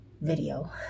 video